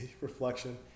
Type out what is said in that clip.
reflection